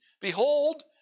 Behold